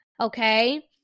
Okay